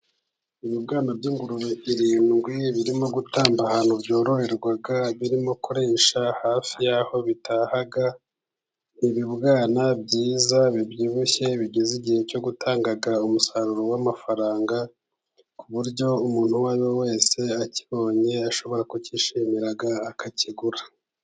Ibibwana by'ingurube birindwi birimo gutamba ahantu byororerwa, birimo kurisha hafi y'aho bitaha, ni ibibwana byiza bibyibushye bigeze igihe cyo gutanga umusaruro w'amafaranga, ku buryo umuntu uwo ari we wese akibonye ashobora kucyishimira akakigura.